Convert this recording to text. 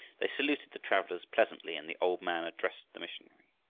they saluted the travelers pleasantly, and the old man addressed the missionary.